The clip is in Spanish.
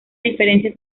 diferencia